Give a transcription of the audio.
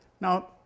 Now